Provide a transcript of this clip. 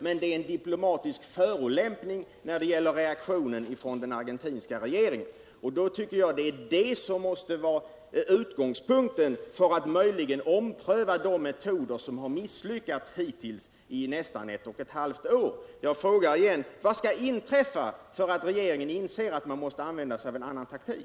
Men den argentinska regeringens reaktion är en diplomatisk förolämpning. Det måste vara utgångspunkten för att ompröva de metoder som hittills misslyckats i nästan ett och ett halvt år. Jag frågar igen: Vad skall inträffa för att regeringen skall inse att man måste använda en annan taktik?